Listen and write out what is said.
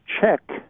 check